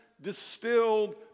distilled